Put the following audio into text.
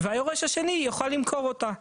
והיורש השני יוכל למכור אותה.